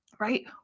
right